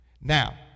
Now